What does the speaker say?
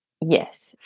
Yes